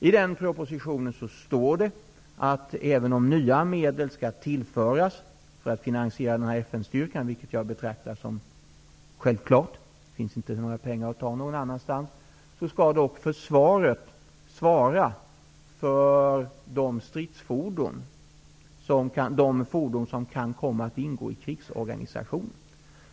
I den propositionen sägs det att även om nya medel skall tillföras för att finansierna denna FN-styrka -- något som jag betraktar som självklart, eftersom pengar inte kan tas från något annat håll -- skall försvaret ändå svara för de stridsfordon som kan komma att ingå i krigsorganisationen.